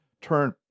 turn